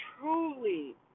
truly